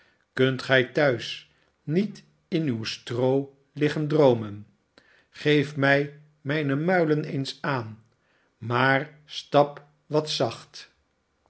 kunt gij thuis niet in uw stroo liggen droomen geef mij mijne muilen eens aan maar stap wat zacht